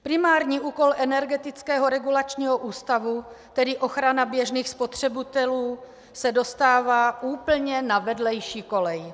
Primární úkol Energetický regulačního úřadu, tedy ochrana běžných spotřebitelů, se dostává úplně na vedlejší kolej.